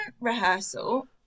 rehearsal